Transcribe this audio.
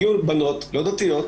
הגיעו בנות לא דתיות,